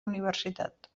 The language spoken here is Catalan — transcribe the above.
universitat